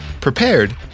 prepared